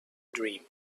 dream